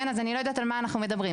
אז אני לא יודעת על מה אנחנו מדברים.